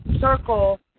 circle